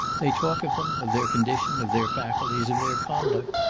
they talk of them, of their condition, of their faculties, of their conduct,